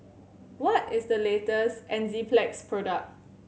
what is the latest Enzyplex product